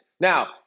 Now